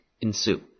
ensue